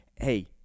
hey